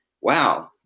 wow